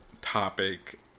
topic